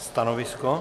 Stanovisko?